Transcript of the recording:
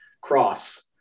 Cross